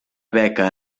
beca